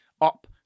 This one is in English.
up